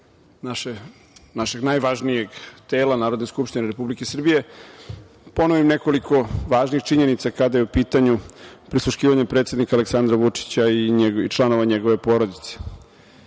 našeg najvažnijeg tela Narodne skupštine Republike Srbije ponovim nekoliko važnih činjenica, kada je u pitanju prisluškivanje predsednika Aleksandra Vučića i članova njegove porodice. Dakle,